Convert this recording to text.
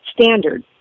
standard